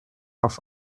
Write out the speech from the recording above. auf